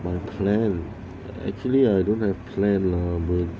my plan actually I don't have plan lah 我